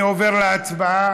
אני עובר להצבעה.